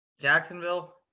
Jacksonville